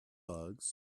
bugs